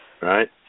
Right